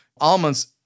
almonds